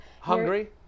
hungry